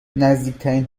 نزدیکترین